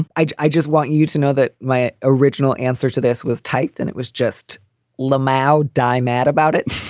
i i just want you to know that my original answer to this was typed and it was just la um mwr di mad about it.